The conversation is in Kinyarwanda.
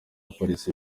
police